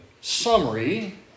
summary